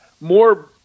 more